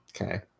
Okay